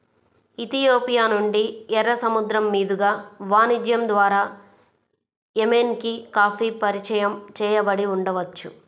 Ethiopia నుండి, ఎర్ర సముద్రం మీదుగా వాణిజ్యం ద్వారా ఎమెన్కి కాఫీ పరిచయం చేయబడి ఉండవచ్చు